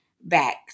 back